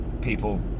people